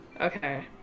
Okay